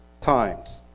times